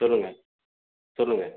சொல்லுங்கள் சொல்லுங்கள்